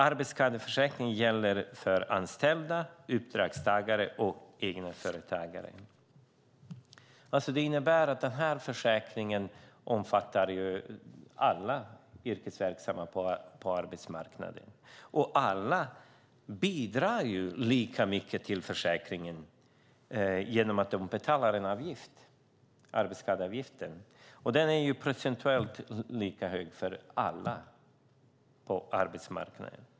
Arbetsskadeförsäkringen gäller för anställda, uppdragstagare och egenföretagare. Det innebär att den här försäkringen omfattar alla yrkesverksamma på arbetsmarknaden. Alla bidrar lika mycket till försäkringen genom att de betalar en avgift, arbetsskadeavgiften, och den är procentuellt lika hög för alla på arbetsmarknaden.